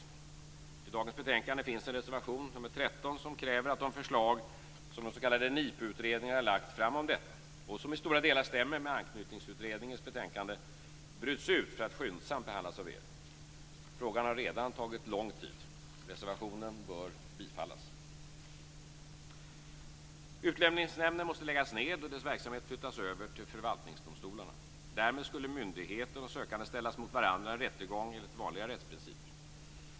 Till dagens betänkande finns en reservation, nr 13, med krav att de förslag som den s.k. NIPU-utredningen har lagt fram om detta - och som i stora delar stämmer med Anknytningsutredningens betänkande - bryts ut för att skyndsamt behandlas av regeringen. Frågan har redan tagit lång tid. Reservationen bör bifallas. Utlänningsnämnden måste läggas ned och dess verksamhet flyttas över till förvaltningsdomstolarna. Därmed skulle myndigheten och sökande ställas mot varandra i en rättegång enligt vanliga rättsprinciper.